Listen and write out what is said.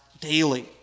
daily